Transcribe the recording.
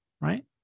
right